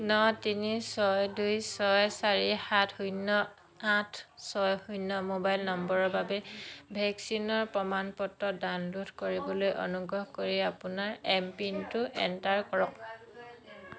ন তিনি ছয় দুই ছয় চাৰি সাত শূণ্য আঠ ছয় শূণ্য ম'বাইল নম্বৰৰ বাবে ভেকচিনৰ প্ৰমাণ পত্ৰ ডাউনলোড কৰিবলৈ অনুগ্ৰহ কৰি আপোনাৰ এম পিনটো এণ্টাৰ কৰক